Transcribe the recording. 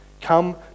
Come